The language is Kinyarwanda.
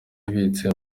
ibitse